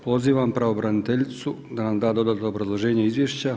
Pozivam pravobraniteljicu da nam da dodatno obrazloženje izvješća.